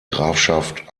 grafschaft